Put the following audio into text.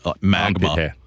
magma